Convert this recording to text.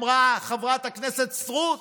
אמרה חברת הכנסת סטרוק,